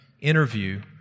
interview